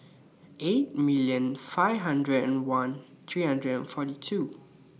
eight million five hundred and one three hundred and forty two